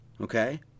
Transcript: Okay